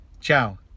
ciao